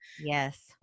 Yes